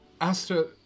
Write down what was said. Asta